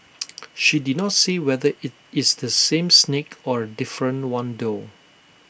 she did not say whether IT is the same snake or A different one though